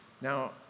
Now